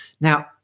Now